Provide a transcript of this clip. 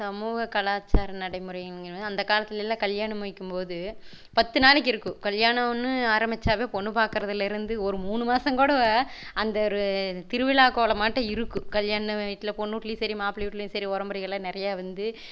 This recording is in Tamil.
சமூக கலாச்சார நடைமுறை அந்த காலத்திலலாம் கல்யாணம் வைக்கும்போது பத்து நாளைக்கு இருக்கும் கல்யாணன்னு ஆரம்பிச்சாலே பொண்ணு பாக்கிறதுலேந்து ஒரு மூணு மாசம் கூட அந்த ஒரு திருவிழா கோலமாட்டோம் இருக்கும் கல்யாண வீட்டில் பொண்ணு வீட்லயும் சரி மாப்பிள வீட்லேயும் சரி உறவு முறைகளாம் நிறைய வந்து